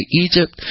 Egypt